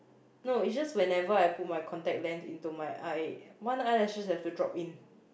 no it's just whenever I put my contact lens into my eye one eyelashes have to drop in